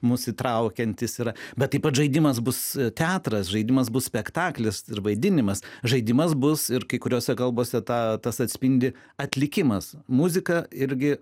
mus įtraukiantys yra bet taip pat žaidimas bus teatras žaidimas bus spektaklis ir vaidinimas žaidimas bus ir kai kuriose kalbose tą tas atspindi atlikimas muzika irgi